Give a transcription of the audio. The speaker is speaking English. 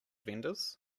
vendors